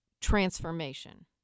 transformation